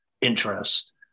interest